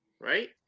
right